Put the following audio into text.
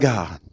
God